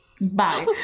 Bye